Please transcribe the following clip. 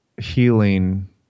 healing